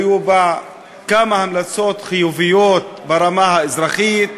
והיו בה כמה המלצות חיוביות ברמה האזרחית.